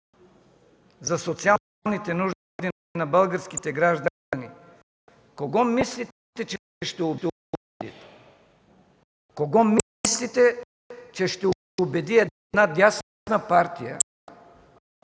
за социалните нужди на българските граждани, кого мислите, че ще убедите? Кого мислите, че ще убеди една дясна партия,